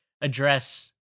address